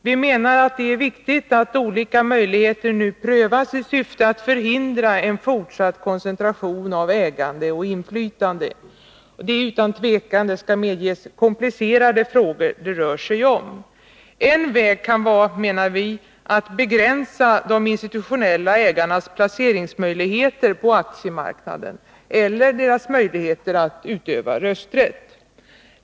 Vi menar att det är viktigt att olika möjligheter nu prövas i syfte att förhindra en fortsatt koncentration av ägande och inflytande. Det är utan tvekan — det skall medges — komplicerade frågor det rör sig om. En väg kan vara, menar vi, att begränsa de institutionella ägarnas placeringsmöjligheter på aktiemarknaden eller deras möjligheter att utöva rösträtt.